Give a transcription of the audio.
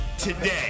today